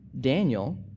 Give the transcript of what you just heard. Daniel